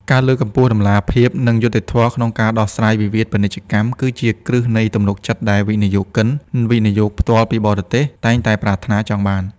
ការលើកកម្ពស់តម្លាភាព និងយុត្តិធម៌ក្នុងការដោះស្រាយវិវាទពាណិជ្ជកម្ម គឺជាគ្រឹះនៃទំនុកចិត្តដែលវិនិយោគិន វិនិយោគផ្ទាល់ពីបរទេស តែងតែប្រាថ្នាចង់បាន។